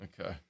Okay